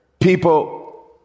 people